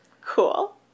Cool